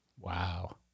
Wow